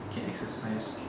can exercise